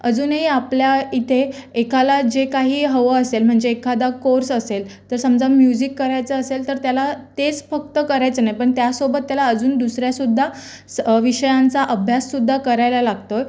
अजूनही आपल्या इथे एकाला जे काही हवं असेल म्हणजे एखादा कोर्स असेल तर समजा म्युझिक करायचं असेल तर त्याला तेच फक्त करायचं नाही पण त्यासोबत त्याला अजून दुसऱ्यासुद्धा विषयांचा अभ्याससुद्धा करायला लागतो आहे